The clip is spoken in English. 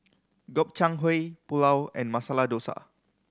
Gobchang Gui Pulao and Masala Dosa